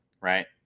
Right